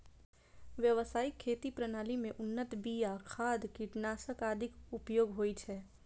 व्यावसायिक खेती प्रणाली मे उन्नत बिया, खाद, कीटनाशक आदिक उपयोग होइ छै